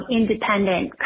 independent